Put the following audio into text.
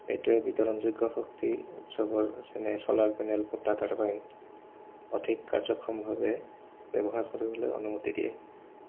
এইটোৱে বিতৰণযোগ্য শক্তি উৎসৱৰ যেনে চ'লাৰ পেনেল ভোটা তাৰবাইন অধিক কাৰ্যক্ষমভাৱে ব্যৱহাৰ কৰিবলৈ অনুমতি দিয়ে